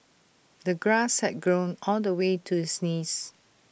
the grass had grown all the way to his knees